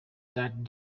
that